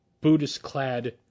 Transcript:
Buddhist-clad